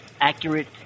accurate